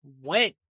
went